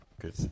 good